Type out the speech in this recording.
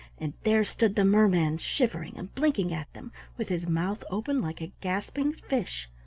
and there stood the merman shivering and blinking at them with his mouth open like a gasping fish.